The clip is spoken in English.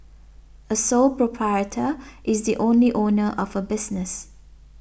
a sole proprietor is the only owner of a business